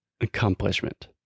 Accomplishment